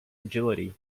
agility